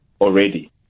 already